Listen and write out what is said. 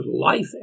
life